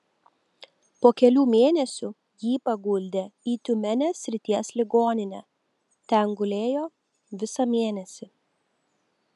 po kelių mėnesių jį paguldė į tiumenės srities ligoninę ten gulėjo visą mėnesį